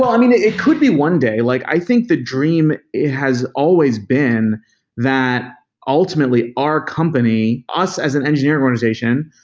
i mean, it it could be one day. like i think the dream has always been that ultimately our company, us as an engineering organization,